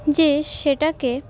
যে সেটাকে